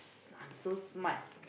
I'm so smart